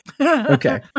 Okay